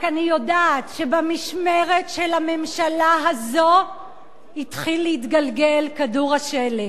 אני רק יודעת שבמשמרת של הממשלה הזאת התחיל להתגלגל כדור השלג.